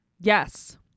Yes